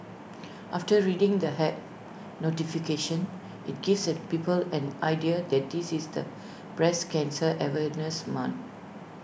after reading the app notification IT gives people an idea that this is the breast cancer awareness month